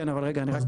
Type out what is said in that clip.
אבל אני רק אסיים.